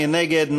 מי נגד?